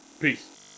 Peace